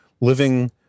living